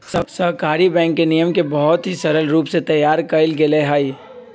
सहकारी बैंक के नियम के बहुत ही सरल रूप से तैयार कइल गैले हई